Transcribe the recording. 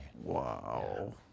Wow